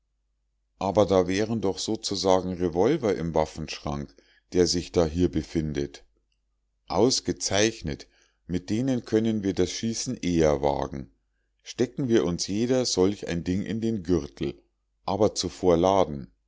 aber da wären doch sozusagen revolver im waffenschrank der sich dahier befindet ausgezeichnet mit denen können wir das schießen eher wagen stecken wir uns jeder solch ein ding in den gürtel aber zuvor laden